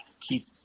keep